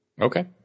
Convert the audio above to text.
Okay